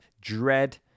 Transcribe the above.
dread